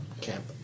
camp